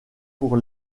pour